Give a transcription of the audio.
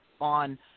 on